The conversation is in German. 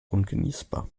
ungenießbar